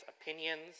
opinions